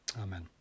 Amen